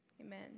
Amen